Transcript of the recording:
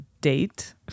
date